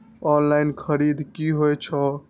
Online खरीद की होए छै?